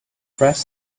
press